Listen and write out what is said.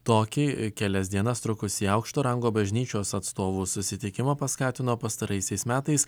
tokį kelias dienas trukusį aukšto rango bažnyčios atstovų susitikimą paskatino pastaraisiais metais